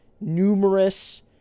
numerous